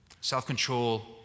Self-control